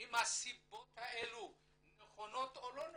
אם הסיבות האלה נכונות או לא נכונות,